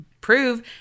prove